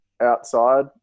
outside